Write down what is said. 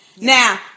Now